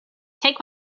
take